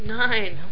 nine